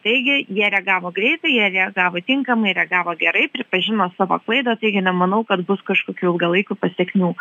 taigi jie reagavo greitai jie reagavo tinkamai reagavo gerai pripažino savo klaidą taigi nemanau kad bus kažkokių ilgalaikių pasekmių